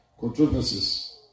controversies